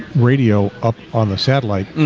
radio up on the satellite